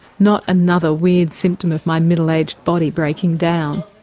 not another weird symptom of my middle-aged body breaking down!